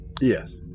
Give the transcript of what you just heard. Yes